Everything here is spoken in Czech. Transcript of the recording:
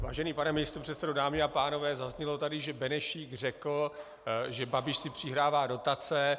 Vážený pane místopředsedo, dámy a pánové, zaznělo tady, že Benešík řekl, že Babiš si přihrává dotace.